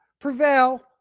prevail